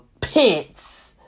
pits